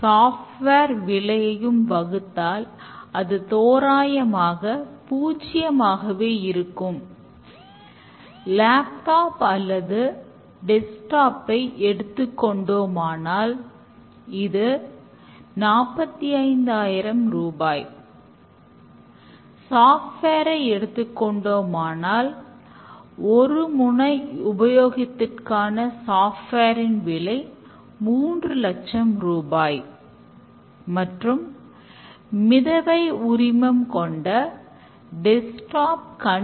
software க்கு அதிகம் செலவிடுகின்றன